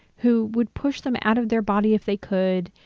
who would push them out of their body if they could,